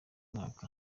mwaka